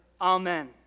Amen